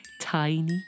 tiny